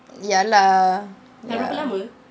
ya lah err